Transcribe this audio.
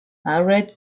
allred